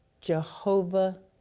Jehovah